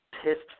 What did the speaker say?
pissed